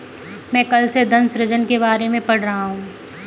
मैं कल से धन सृजन के बारे में पढ़ रहा हूँ